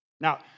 Now